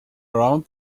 around